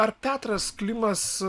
ar petras klimas